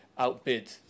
Outbid